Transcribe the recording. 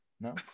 No